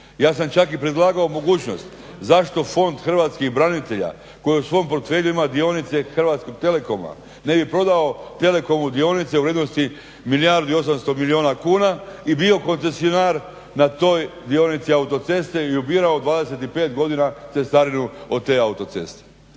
Ja sam čak i predlagao mogućnost zašto Fond hrvatskih branitelja koji u svom portfelju ima dionice Hrvatskog telekoma ne bi prodao Telekomu dionice u vrijednosti milijardu i 800 milijuna kuna i bio koncesionar na toj dionici autoceste i ubirao 25 godina cestarinu od te autoceste.